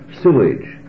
sewage